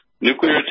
Nuclear